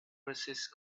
resist